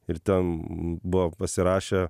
ir ten buvo pasirašę